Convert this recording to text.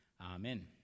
Amen